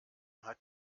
hat